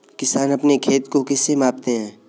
किसान अपने खेत को किससे मापते हैं?